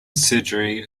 surgery